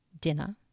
dinner